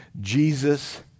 Jesus